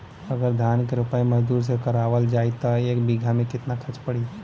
अगर धान क रोपाई मजदूर से करावल जाई त एक बिघा में कितना खर्च पड़ी?